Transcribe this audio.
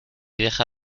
deja